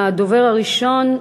הדובר הראשון,